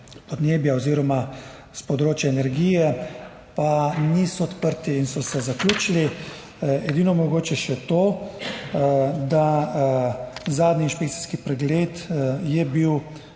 oziroma s področja energije, pa niso odprti in so se zaključili. Edino mogoče še to, da je bil zadnji inšpekcijski pregled